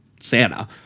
Santa